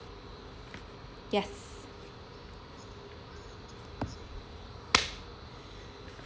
yes